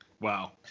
Wow